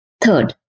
Third